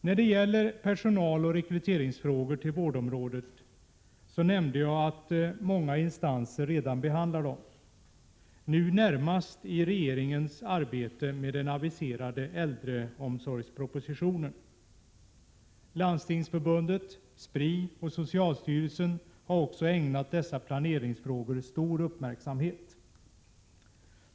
När det gäller personalproblem och svårigheter att rekrytera personal till vårdområdet, nämnde jag att det är många instanser som behandlar dessa frågor, nu närmast regeringen i sitt arbete med den aviserade äldreomsorgspropositionen. Även Landstingsförbundet, Spri och socialstyrelsen har ägnat dessa planeringsfrågor stor uppmärksamhet.